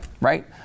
right